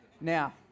Now